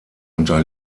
unter